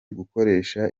gukoresha